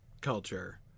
culture